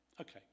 Okay